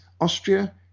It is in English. Austria